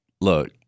look